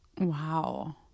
Wow